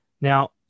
Now